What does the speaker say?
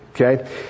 Okay